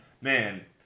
Man